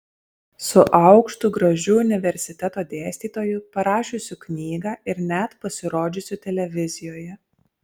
su aukštu gražiu universiteto dėstytoju parašiusiu knygą ir net pasirodžiusiu televizijoje